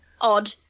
Odd